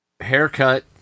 Haircut